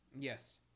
yes